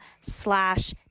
slash